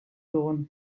dugun